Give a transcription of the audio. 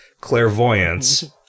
clairvoyance